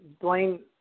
Blaine